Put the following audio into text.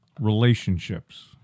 relationships